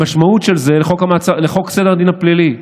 לחוק סדר הדין הפלילי,